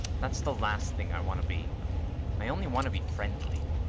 that's the last thing i want to be i only want to be friendly.